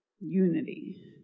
unity